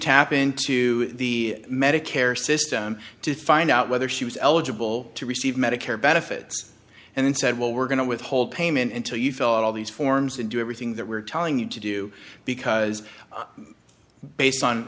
tap into the medicare system to find out whether she was eligible to receive medicare benefits and then said well we're going to withhold payment until you felt all these forms and do everything that we're telling you to do because based on